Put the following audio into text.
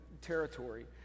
territory